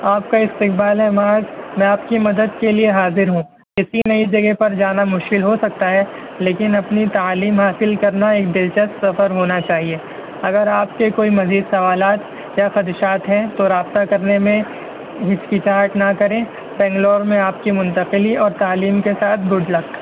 آپ کا استقبال ہے معاذ میں آپ کی مدد کے لیے حاضر ہوں کسی نئی جگہ پر جانا مشکل ہو سکتا ہے لیکن اپنی تعلیم حاصل کرنا ایک دلچسپ سفر ہونا چاہیے اگر آپ کے کوئی مزید سوالات یا خدشات ہیں تو رابطہ کرنے میں ہچکچاہٹ نہ کریں بینگلور میں آپ کی منتقلی اور تعلیم کے ساتھ گڈ لک